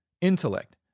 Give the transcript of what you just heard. intellect